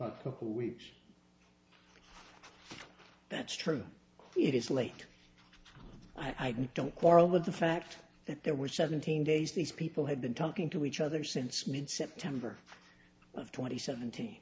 if that's true it is late i don't quarrel with the fact that there were seventeen days these people had been talking to each other since mid september of twenty sevent